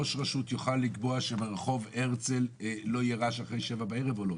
ראש רשות יוכל לקבוע שברחוב הרצל לא יהיה רעש אחרי 19:00 בערב או לא?